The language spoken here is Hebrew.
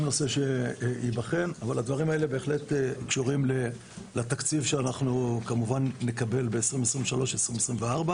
אבל הדברים האלה בהחלט קשורים לתקציב שאנחנו כמובן נקבל ב-2023-2024.